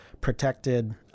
protected